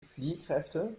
fliehkräfte